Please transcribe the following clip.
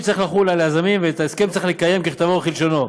צריך לחול על היזמים ואת ההסכם צריך לקיים ככתבו וכלשונו.